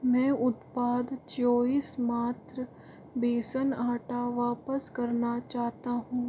मैं उत्पाद चोइस मात्र बेसन आटा वापस करना चाहता हूँ